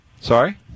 sorry